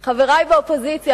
חברי באופוזיציה,